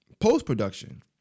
post-production